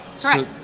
correct